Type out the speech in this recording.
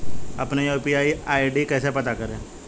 अपना UPI ID कैसे पता करें?